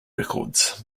records